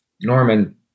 Norman